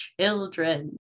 children